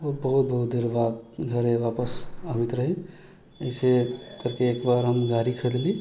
ओ बहुत बहुत देर बाद घर वापस आबैत रही ऐसे करिके एक बार हम गाड़ी खरीदली